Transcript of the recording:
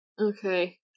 Okay